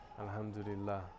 Alhamdulillah